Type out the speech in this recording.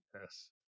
Yes